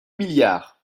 milliards